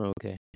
Okay